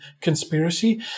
conspiracy